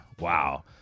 wow